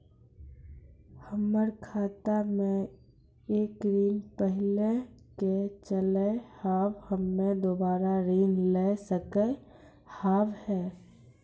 हमर खाता मे एक ऋण पहले के चले हाव हम्मे दोबारा ऋण ले सके हाव हे?